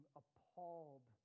appalled